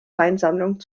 weinsammlung